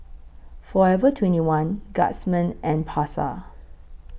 Forever twenty one Guardsman and Pasar